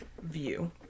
view